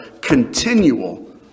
continual